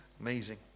amazing